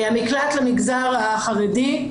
המקלט למגזר החרדי,